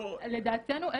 לדעתנו,